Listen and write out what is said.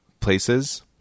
places